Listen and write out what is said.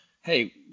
hey